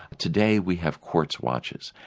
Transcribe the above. today we have quartz watches,